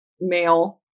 male